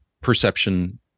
perception